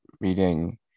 reading